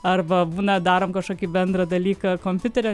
arba būna darom kažkokį bendrą dalyką kompiuterio